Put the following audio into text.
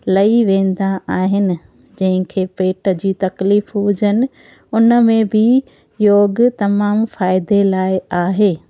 लही वेंदा आहिनि जंहिंखे पेट जी तकलीफ़ूं हुजनि उनमें बि योग तमामु फ़ाइदे लाइ आहे